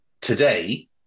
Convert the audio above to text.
today